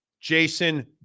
Jason